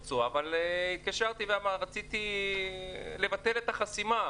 התקשרתי ורציתי לבטל את החסימה,